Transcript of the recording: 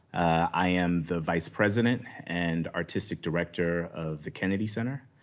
i am the vice president and artistic director of the kennedy center.